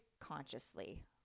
consciously